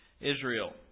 Israel